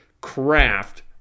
craft